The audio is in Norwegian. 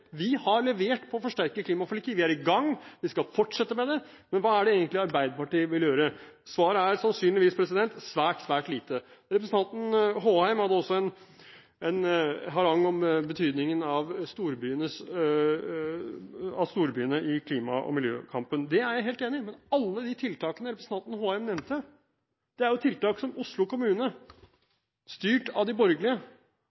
Vi har levert på å forsterke klimaforliket, vi er i gang, og vi skal fortsette med det, men hva er det egentlig Arbeiderpartiet vil gjøre? Svaret er sannsynligvis svært, svært lite. Representanten Håheim hadde også en harang om betydningen av storbyene i klima- og miljøkampen. Det er jeg helt enig i. Men alle de tiltakene representanten Håheim nevnte, er tiltak som Oslo